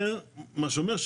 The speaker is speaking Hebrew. מה שאומר,